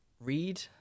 Read